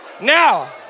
now